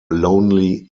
lonely